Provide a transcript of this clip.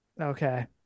okay